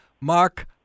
Mark